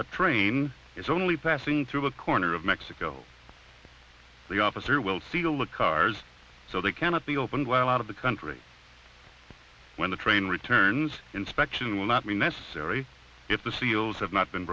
a train is only passing through a corner of mexico the officer will steal the cars so they cannot be opened while out of the country when the train returns inspection will not be necessary if the seals have not been